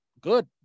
good